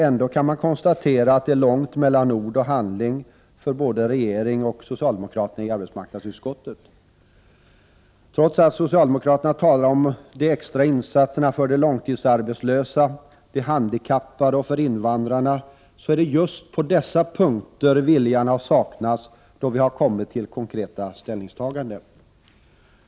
Ändå kan man konstatera att det är långt mellan ord och handling för både regeringen och socialdemokraterna i arbetsmarknadsutskottet. Trots att socialdemokraterna talar om de extra insatserna för de långtidsarbetslösa, de handikappade och invandrarna så är det just på dessa punkter viljan har saknats då vi har kommit till konkreta ställningstaganden.